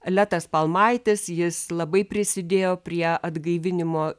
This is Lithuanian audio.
letas palmaitis jis labai prisidėjo prie atgaivinimo